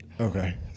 Okay